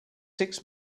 six